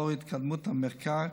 לאור התקדמות המחקר,